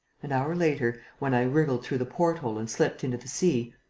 an hour later, when i wriggled through the port-hole and slipped into the sea,